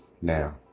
now